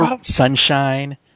Sunshine